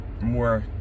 more